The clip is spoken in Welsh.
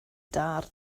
darn